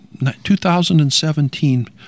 2017